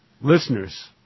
listeners